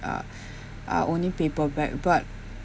uh are only paper bag but